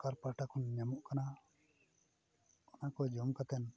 ᱥᱚᱨᱠᱟᱨ ᱯᱟᱦᱴᱟ ᱠᱷᱚᱱ ᱧᱟᱢᱚᱜ ᱠᱟᱱᱟ ᱚᱱᱟᱠᱚ ᱡᱚᱢ ᱠᱟᱛᱮᱫ